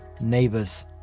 neighbors